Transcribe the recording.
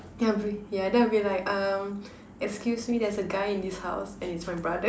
yeah then I will be like um excuse me there's a guy in this house and it's my brother